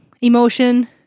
emotion